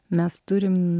mes turim